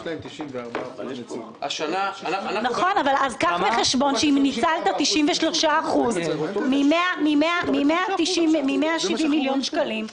אז קח בחשבון שאם ניצלת 93% מ-170 מיליון שקלים,